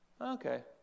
Okay